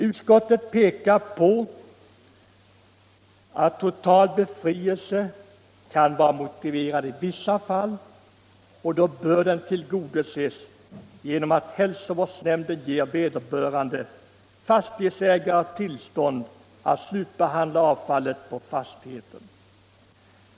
Utskottet pekar på att total befrielse kan vara motiverad i vissa fall och att hälsovårdsnämnden då bör ge vederbörande fastighetsägare tillstånd att slutbehandla avfallet på fastigheten.